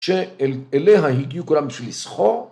‫שאליה הגיעו כולן בשביל לסחור.